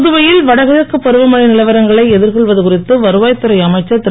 புதுவையில் வடகிழக்கு பருவமழை நிலவரங்களை எதிர்கொள்வது குறித்து வருவாய்த் துறை அமைச்சர் திரு